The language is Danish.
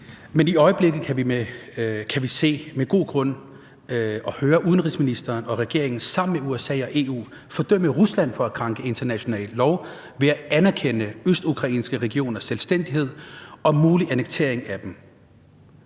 vi i øjeblikket kan se og høre udenrigsministeren og regeringen sammen med USA og EU med god grund fordømme Rusland for at krænke international lov ved at anerkende østukrainske regioners selvstændighed og ved en mulig annektering af dem,